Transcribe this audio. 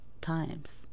times